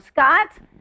Scott